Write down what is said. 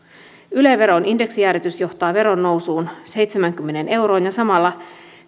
yle veron indeksijäädytys johtaa veron nousuun seitsemäänkymmeneen euroon ja samalla